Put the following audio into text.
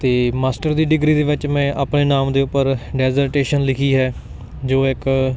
ਅਤੇ ਮਾਸਟਰ ਦੀ ਡਿਗਰੀ ਦੇ ਵਿੱਚ ਮੈਂ ਆਪਣੇ ਨਾਮ ਦੇ ਉੱਪਰ ਡੈਜ਼ਰਟੇਸ਼ਨ ਲਿਖੀ ਹੈ ਜੋ ਇੱਕ